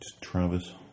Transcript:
travis